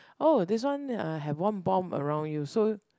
oh this one I have one bomb around you so